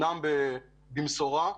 במשורה,